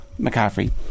McCaffrey